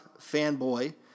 fanboy